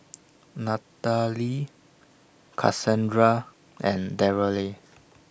Nathaly Casandra and Darryle